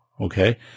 okay